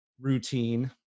routine